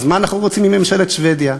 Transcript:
אז מה אנחנו רוצים מממשלת שבדיה?